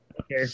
Okay